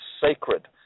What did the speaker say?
sacred